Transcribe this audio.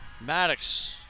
Maddox